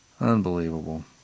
Unbelievable